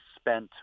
spent